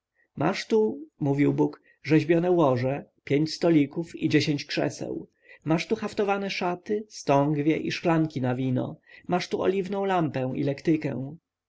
masz tu mówił bóg rzeźbione łoże pięć stolików i dziesięć krzeseł masz tu haftowane szaty stągwie i szklanki na wino masz tu oliwną lampkę i lektykę